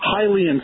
highly